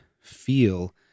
feel